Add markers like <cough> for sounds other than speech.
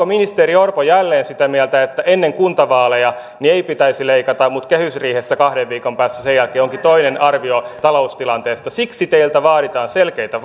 <unintelligible> ministeri orpo jälleen sitä mieltä ennen kuntavaaleja että ei pitäisi leikata mutta kehysriihessä kahden viikon päästä sen jälkeen onkin toinen arvio taloustilanteesta siksi teiltä vaaditaan selkeitä <unintelligible>